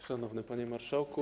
Szanowny Panie Marszałku!